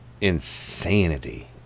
Insanity